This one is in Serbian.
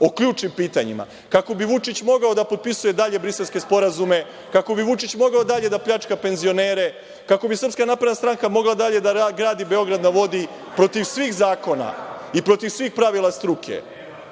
o ključnim pitanjima, kako bi Vučić mogao da potpisuje dalje briselske sporazume, kako bi Vučić mogao dalje da pljačka penzionere, kako bi Srpska napredna stranka mogla dalje da gradi „Beograd na vodi“, protiv svih zakona i protiv svih pravila struke